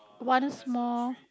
one small